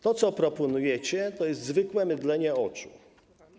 To, co proponujecie, to jest zwykłe mydlenie oczu.